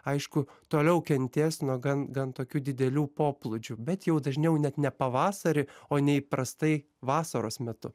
aišku toliau kentės nuo gan gan tokių didelių poplūdžių bet jau dažniau net ne pavasarį o neįprastai vasaros metu